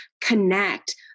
connect